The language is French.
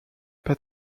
pas